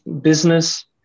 business